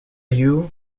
you